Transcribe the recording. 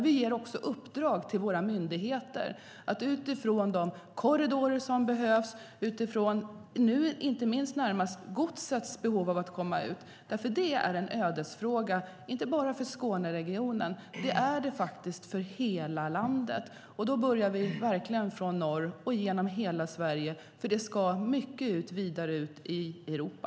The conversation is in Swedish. Vi ger också uppdrag till våra myndigheter utifrån vilka korridorer som behövs och behovet av att flytta gods. Det är en ödesfråga, inte bara för Skåneregionen, utan för hela landet, från norr och genom hela Sverige. Mycket gods ska vidare ut i Europa.